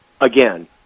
again